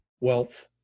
wealth